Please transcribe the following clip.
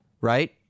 right